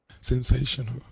sensational